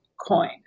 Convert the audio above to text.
coin